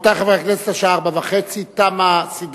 רבותי חברי הכנסת, השעה 16:30, תמה סדרת